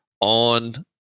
On